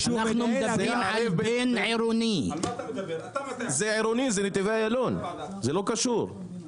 זה עירוני, זה נתיבי איילון וזה לא קשור.